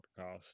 podcast